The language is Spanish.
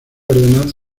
ordenanzas